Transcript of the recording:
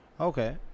okay